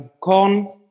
corn